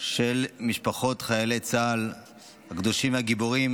של משפחות חיילי צה"ל הקדושים והגיבורים